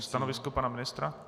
Stanovisko pana ministra?